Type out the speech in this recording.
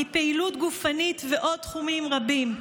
מפעילות גופנית ועוד תחומים רבים.